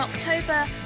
October